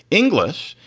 english,